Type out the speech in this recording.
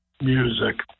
music